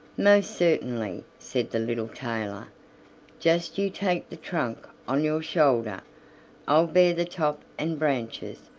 most certainly, said the little tailor just you take the trunk on your shoulder i'll bear the top and branches,